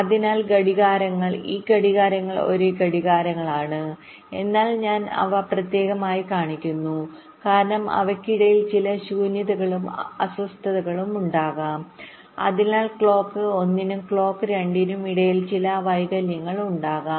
അതിനാൽ ഘടികാരങ്ങൾ ഈ ഘടികാരങ്ങൾ ഒരേ ഘടികാരമാണ് എന്നാൽ ഞാൻ അവ പ്രത്യേകമായി കാണിക്കുന്നു കാരണം അവയ്ക്കിടയിൽ ചില ശൂന്യതകളും അസ്വസ്ഥതകളും ഉണ്ടാകാം അതിനാൽ ക്ലോക്ക് ഒന്നിനും ക്ലോക്ക് രണ്ടിനും ഇടയിൽ ചില വൈകല്യങ്ങൾ ഉണ്ടാകാം